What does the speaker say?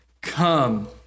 Come